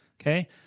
Okay